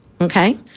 Okay